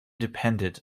dependent